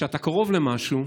כשאתה קרוב למשהו,